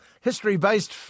history-based